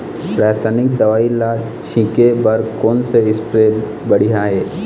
रासायनिक दवई ला छिचे बर कोन से स्प्रे बढ़िया हे?